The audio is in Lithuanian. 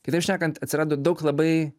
kitaip šnekant atsirado daug labai